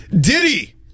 Diddy